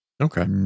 Okay